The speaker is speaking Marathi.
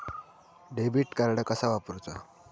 डेबिट कार्ड कसा वापरुचा?